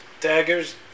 Daggers